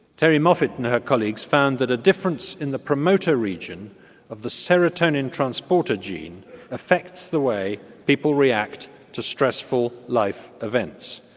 terrie moffit and her colleagues found that a difference in the promoter region of the serotonin transporter gene affects the way people react to stressful life events.